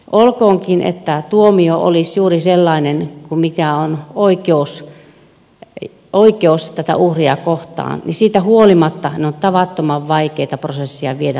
olkoonkin että tuomio olisi juuri sellainen kuin mikä on oikeus tätä uhria kohtaan niin siitä huolimattahan on tavattoman vaikeata prosesseja viedä läpi